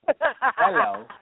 Hello